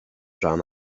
rhan